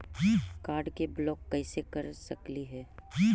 Card के block कैसे कर सकली हे?